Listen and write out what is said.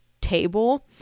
table